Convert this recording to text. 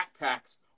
backpacks